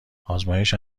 آزمایش